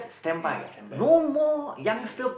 ya standby lah ya